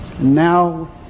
Now